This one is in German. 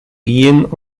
gehen